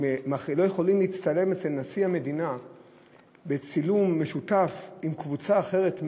הם לא יכולים להצטלם אצל נשיא המדינה צילום משותף עם קבוצה אחרת,